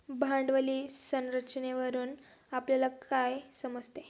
भांडवली संरचनेवरून आपल्याला काय समजते?